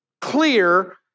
clear